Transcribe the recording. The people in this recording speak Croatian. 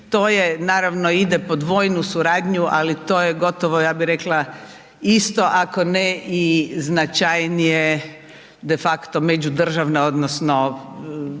To je, naravno, ide pod vojnu suradnju, ali to je gotovo, ja bih rekla isto, ako ne i značajnije de facto međudržavne odnosno